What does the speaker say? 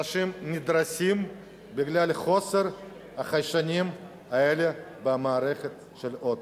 אנשים נדרסים בגלל חוסר החיישנים האלה במערכת של האוטו.